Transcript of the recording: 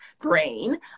brain